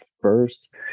first